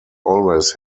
always